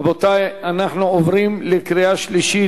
רבותי, אנחנו עוברים לקריאה שלישית.